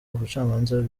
ubucamanza